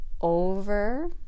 Over